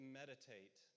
meditate